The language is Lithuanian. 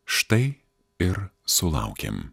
štai ir sulaukėm